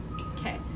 Okay